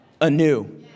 anew